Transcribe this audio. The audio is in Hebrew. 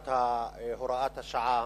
חקיקת הוראת השעה,